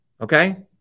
Okay